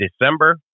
December